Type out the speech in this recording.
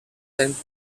sent